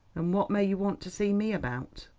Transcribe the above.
and what may you want to see me about?